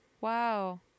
Wow